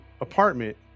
apartment